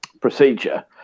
procedure